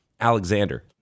Alexander